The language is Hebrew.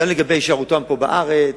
גם לגבי הישארותם פה בארץ,